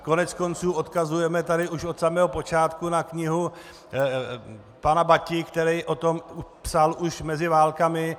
Koneckonců odkazujeme tady už od samého počátku na knihu pana Bati, který o tom psal už mezi válkami.